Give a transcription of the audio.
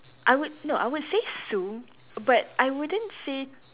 I would no I would say Sue but I wouldn't say